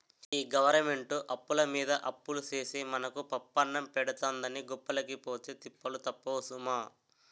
ఈ గవరమెంటు అప్పులమీద అప్పులు సేసి మనకు పప్పన్నం పెడతందని గొప్పలకి పోతే తిప్పలు తప్పవు సుమా